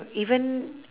even